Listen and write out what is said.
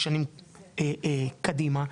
לשנים קדימה,